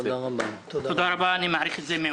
תודה רבה, אני מעריך את זה מאוד.